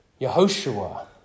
Yehoshua